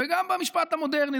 וגם במשפט המודרני,